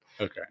Okay